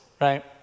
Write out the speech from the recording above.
right